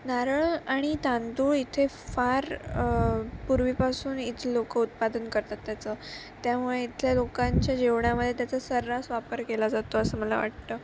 नारळ आणि तांदूळ इथे फार पूर्वीपासून इथली लोकं उत्पादन करतात त्याचं त्यामुळे इथल्या लोकांच्या जेवणामध्ये त्याचा सर्रास वापर केला जातो असं मला वाटतं